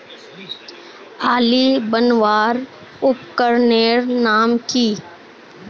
आली बनवार उपकरनेर नाम की?